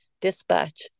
dispatch